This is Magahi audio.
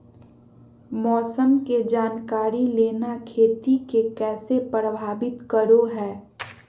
मौसम के जानकारी लेना खेती के कैसे प्रभावित करो है?